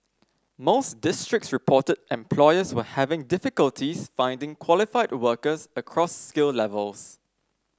most districts reported employers were having difficulties finding qualified workers across skill levels